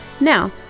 Now